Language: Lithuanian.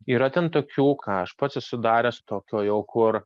yra ten tokių ką aš pats esu daręs tokio jau kur